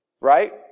right